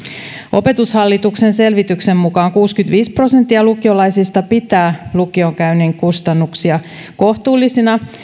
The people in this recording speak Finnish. opetushallituksen selvityksen mukaan kuusikymmentäviisi prosenttia lukiolaisista pitää lukion käynnin kustannuksia kohtuullisina